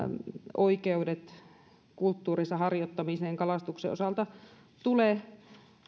oikeudet kulttuurinsa harjoittamiseen kalastuksen osalta vielä tule